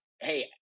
hey